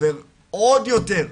עובר עוד יותר,